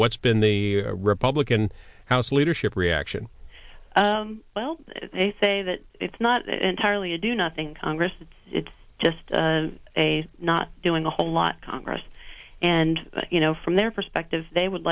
what's been the republican house leadership reaction well they say that it's not entirely a do nothing congress it's just a not doing a whole lot congress and you know from their perspective they would